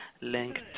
linked